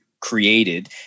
created